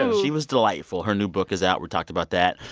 she was delightful. her new book is out. we talked about that.